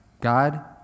God